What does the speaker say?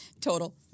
Total